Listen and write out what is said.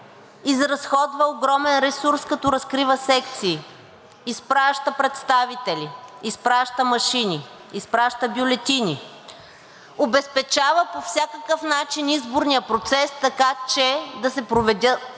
изразходва огромен ресурс като разкрива секции. Изпраща представители, изпраща машини, изпраща бюлетини, обезпечава по всякакъв начин изборния процес, така че да се проведат